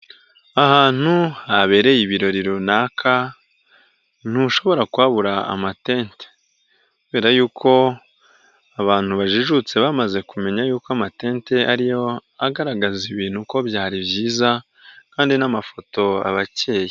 Ahantu habereye ibirori runaka ntushobora kuhabura amatente kubera y'uko abantu bajijutse bamaze kumenya y'uko amatente ari agaragaza ibintu ko byari byiza kandi n'amafoto aba acyeye.